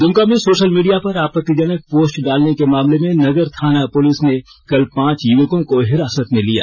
दुमका में social media पर आपत्तिजनक पोस्ट डालने के मामले में नगर थाना पुलिस ने कल पांच युवकों को हिरासत में लिया